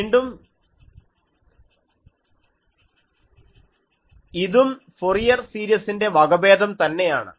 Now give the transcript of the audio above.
വീണ്ടും ഇതും ഫൊറിയർ സീരിസിന്റെ വകഭേദം തന്നെയാണ്